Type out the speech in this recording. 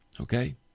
Okay